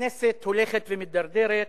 הכנסת הולכת ומידרדרת.